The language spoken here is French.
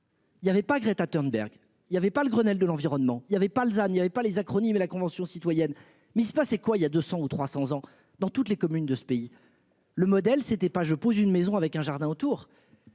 Il y avait pas Greta Thunberg. Il y avait pas le Grenelle de l'environnement, il y avait pas, il n'y avait pas les acronymes et la Convention citoyenne mais c'est pas, c'est quoi. Il y a 200 ou 300 ans dans toutes les communes de ce pays le modèle c'était pas, je pose une maison avec un jardin autour